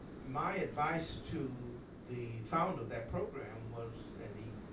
my advice to the founder of that program was, and he